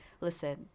listen